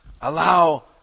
Allow